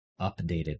updated